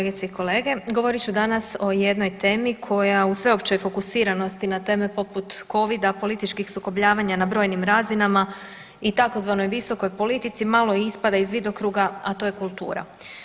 Govorit ću danas o jednoj temi koja u sveopćoj fokusiranosti na teme poput Covida, političkih sukobljavanja na brojnim razinama i tzv. visokoj politici malo ispada iz vidokruga, a to je kultura.